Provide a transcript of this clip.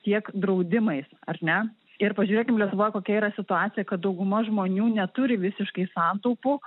tiek draudimais ar ne ir pažiūrėkim lietuvoj kokia yra situacija kad dauguma žmonių neturi visiškai santaupų